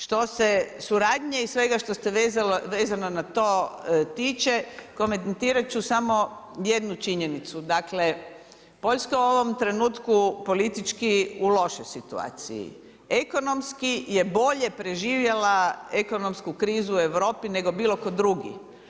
Što se suradnje i svega što se vezano na to tiče, komentirati ću samo jednu činjenica, dakle, Poljska je u ovom trenutku politički u lošoj situaciji, ekonomski je bolje preživjela ekonomsku krizu u Europi nego bilo tko drugi.